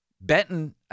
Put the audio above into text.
Benton